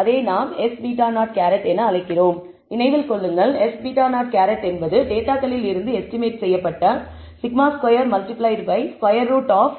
அதே நாம் s β̂0 என அழைக்கிறோம் நினைவில் கொள்ளுங்கள் s β̂0 என்பது டேட்டாவில் இருந்து எஸ்டிமேட் செய்யப்பட்ட σ2 x multiply by square root app